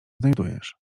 znajdujesz